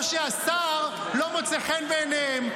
או שהשר לא מוצא חן בעיניהם,